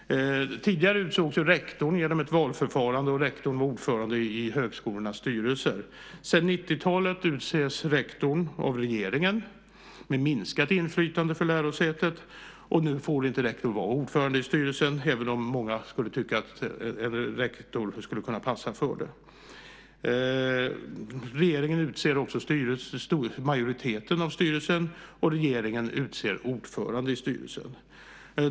Tidigare utsågs rektor genom ett valförfarande, och rektorn var ordförande i högskolans styrelse. Sedan 1990-talet utses rektor av regeringen, med ett minskat inflytande för lärosätet. Nu får inte rektorn vara ordförande i styrelsen, även om många skulle tycka att rektorn skulle kunna passa för det. Regeringen utser också majoriteten av styrelsen och även ordföranden i styrelsen.